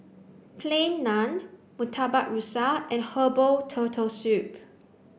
plain naan murtabak rusa and herbal turtle soup